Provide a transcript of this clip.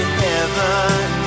heaven